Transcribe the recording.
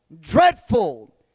dreadful